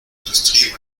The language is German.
industrie